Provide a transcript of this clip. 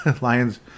Lions